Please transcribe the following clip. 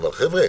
אבל חבר'ה,